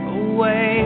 away